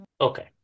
Okay